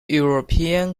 european